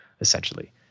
essentially